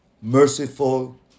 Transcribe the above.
merciful